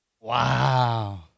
Wow